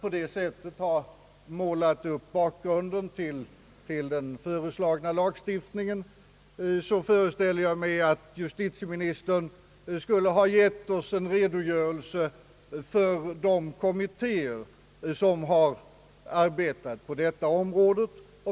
Jag föreställer mig att justitieministern, efter att på det sättet ha målat upp bakgrunden till den föreslagna lagstiftningen, skulle ha givit oss en redogörelse för de kommittéer som har arbetat på detta område.